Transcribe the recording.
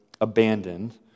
abandoned